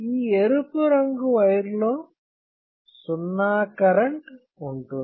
ఈ ఎరుపు రంగు వైర్ లో సున్నా కరెంట్ ఉంటుంది